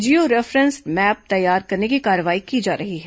जीयो referenced map तैयार करने की कार्रवाई की जा रही है